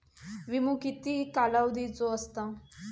विमो किती कालावधीचो असता?